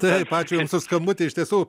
taip ačiū jums už skambutį iš tiesų